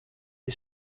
you